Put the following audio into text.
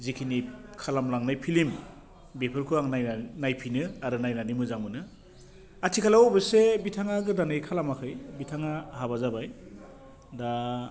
जिखिनि खालाम लांनाय फिल्म बेफोरखौ आं नायना नायफिनो आरो नायनानै मोजां मोनो आथिखालाव अब'से बिथाङा गोदानै खालामाखै बिथाङा हाबा जाबाय दा